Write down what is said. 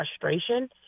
frustration